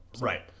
Right